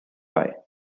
pie